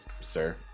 sir